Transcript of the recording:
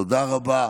תודה רבה.